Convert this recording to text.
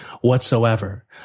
whatsoever